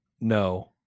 no